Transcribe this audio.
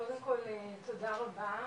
קודם כל תודה רבה,